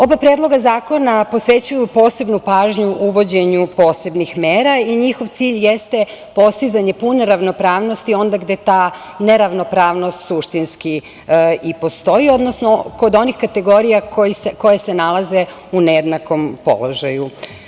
Oba predloga zakona posvećuju posebnu pažnju uvođenju posebnih mera i njihov cilj jeste postizanje pune ravnopravnosti onde gde ta neravnopravnost suštinski i postoji, odnosno kod onih kategorija koje se nalaze u nejednakom položaju.